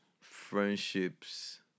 friendships